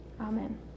Amen